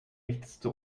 ächzte